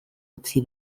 utzi